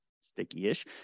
sticky-ish